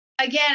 again